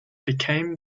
became